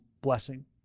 blessing